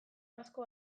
asko